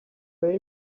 baby